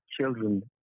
children